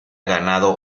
ganado